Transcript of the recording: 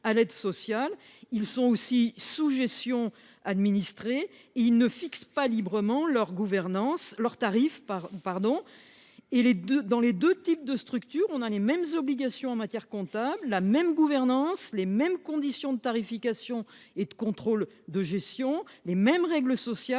à l’aide sociale, où ils font l’objet d’une gestion administrée et où ils ne fixent pas librement leurs tarifs. De plus, ces deux types de structures sont soumis aux mêmes obligations en matière comptable, à la même gouvernance, aux mêmes conditions de tarification et de contrôle de gestion, aux mêmes règles sociales